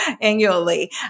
annually